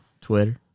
Twitter